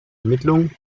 ermittlung